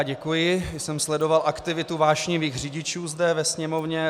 Děkuji, že jsem sledoval aktivitu vášnivých řidičů zde ve Sněmovně.